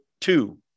two